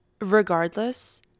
regardless